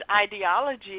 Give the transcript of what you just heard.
ideology